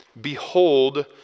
Behold